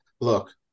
Look